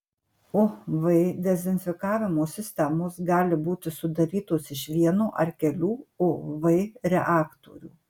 uv dezinfekavimo sistemos gali būti sudarytos iš vieno ar kelių uv reaktorių